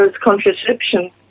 contraception